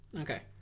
Okay